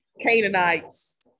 Canaanites